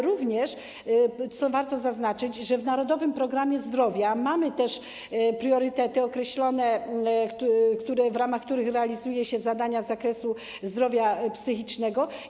Również, co warto zaznaczyć, w „Narodowym programie zdrowia” mamy priorytety określone w ramach, w których realizuje się zadania z zakresu zdrowia psychicznego.